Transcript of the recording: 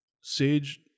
Sage